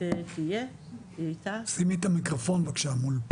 כשהייתי יועצת ברשות למלחמה